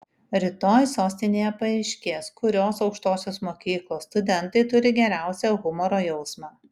rytoj sostinėje paaiškės kurios aukštosios mokyklos studentai turi geriausią humoro jausmą